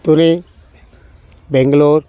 Tuni Bengaluru